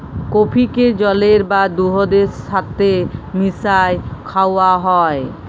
কফিকে জলের বা দুহুদের ছাথে মিশাঁয় খাউয়া হ্যয়